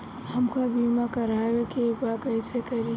हमका बीमा करावे के बा कईसे करी?